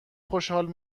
خوشحال